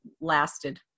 lasted